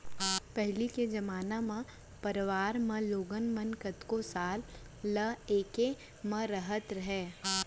पहिली के जमाना म परवार म लोगन मन कतको साल ल एके म रहत रहें